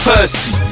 Percy